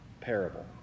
parable